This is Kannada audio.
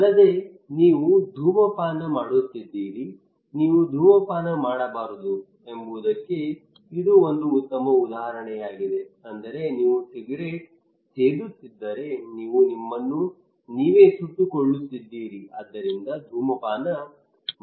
ಅಲ್ಲದೆ ನೀವು ಧೂಮಪಾನ ಮಾಡುತ್ತಿದ್ದರೆ ನೀವು ಧೂಮಪಾನ ಮಾಡಬಾರದು ಎಂಬುದಕ್ಕೆ ಇದು ಒಂದು ಉತ್ತಮ ಉದಾಹರಣೆಯಾಗಿದೆ ಆದರೆ ನೀವು ಸಿಗರೇಟ್ ಸೇದುತ್ತಿದ್ದರೆ ನೀವು ನಿಮ್ಮನ್ನು ನೀವೇ ಸುಟ್ಟುಕೊಳ್ಳುತ್ತಿದ್ದೀರಿ ಆದ್ದರಿಂದ ಧೂಮಪಾನ ಮಾಡಬೇಡಿ